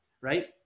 right